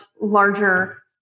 larger